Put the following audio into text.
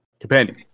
companion